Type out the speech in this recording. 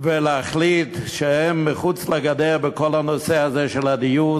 ולהחליט שהם מחוץ לגדר בכל הנושא הזה של הדיור,